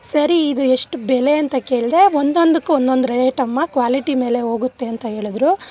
ಸರಿ ಇದು ಎಷ್ಟು ಬೆಲೆ ಅಂತ ಕೇಳಿದೆ ಒಂದೊಂದಕ್ಕು ಒಂದೊಂದು ರೇಟಮ್ಮ ಕ್ವಾಲಿಟಿ ಮೇಲೆ ಹೋಗುತ್ತೆ ಅಂತ ಹೇಳಿದ್ರು